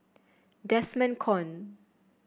Desmond Kon